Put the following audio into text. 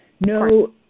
no